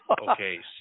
Okay